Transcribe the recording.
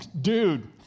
dude